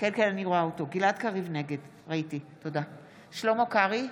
נגד שלמה קרעי,